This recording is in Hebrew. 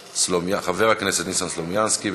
חוק ומשפט חבר הכנסת ניסן סלומינסקי.